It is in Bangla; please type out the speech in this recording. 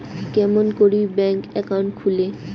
কেমন করি ব্যাংক একাউন্ট খুলে?